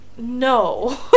No